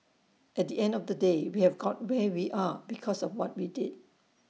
at the end of the day we have got where we are because of what we did